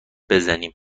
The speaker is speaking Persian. بزنیم